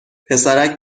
پسرک